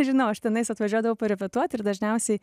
žinau aš tenais atvažiuodavau parepetuot ir dažniausiai